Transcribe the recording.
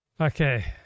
Okay